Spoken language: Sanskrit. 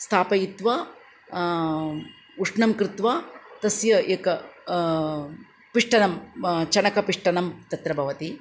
स्थापयित्वा उष्णं कृत्वा तस्य एकं पिष्टनं चणकपिष्टनं तत्र बवति